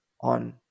on